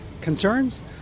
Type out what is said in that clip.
concerns